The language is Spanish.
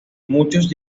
muchos